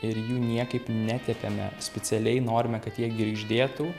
ir jų niekaip netepėme spicialiai norime kad jie girgždėtų